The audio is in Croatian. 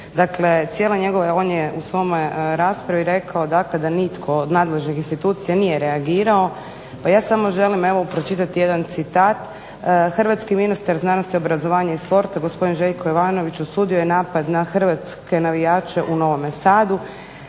vi već ispravili. On je u svojoj raspravi rekao da nitko od nadležnih institucija nije reagirao pa ja samo želim pročitati jedan citat: Hrvatski ministar znanosti, obrazovanja i sporta gospodin Željko Jovanović osudio je napad na hrvatske navijače u Novome SAdu